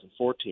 2014